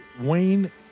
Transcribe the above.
Wayne